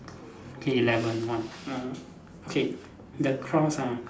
K eleven one more okay the cross ah